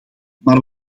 maar